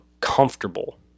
comfortable